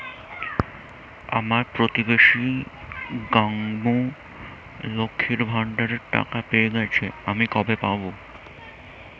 আমার প্রতিবেশী গাঙ্মু, লক্ষ্মীর ভান্ডারের টাকা পেয়ে গেছে, আমি কবে পাব?